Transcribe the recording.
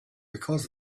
because